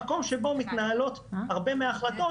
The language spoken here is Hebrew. המקום בו מתנהלות הרבה מההחלטות,